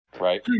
right